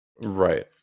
Right